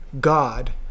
God